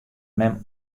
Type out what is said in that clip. mem